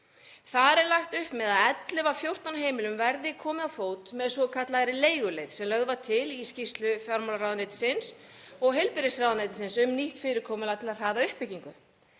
Þar er lagt upp með að 11 af 14 heimilum verði komið á fót með svokallaðri leiguleið sem lögð var til í skýrslu fjármálaráðuneytisins og heilbrigðisráðuneytisins um nýtt fyrirkomulag til að hraða uppbyggingu.